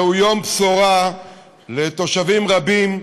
זהו יום בשורה לתושבים רבים,